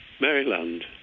Maryland